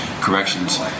corrections